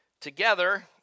together